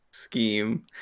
scheme